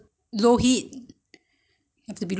用小火慢慢焖用小火